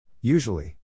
Usually